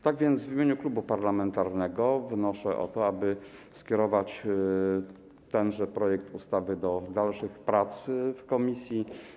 Tak więc w imieniu klubu parlamentarnego wnoszę o to, aby skierować tenże projekt ustawy do dalszych prac w komisji.